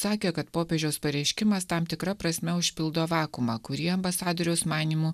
sakė kad popiežiaus pareiškimas tam tikra prasme užpildo vakuumą kurį ambasadoriaus manymu